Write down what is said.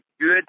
good